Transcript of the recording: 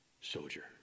soldier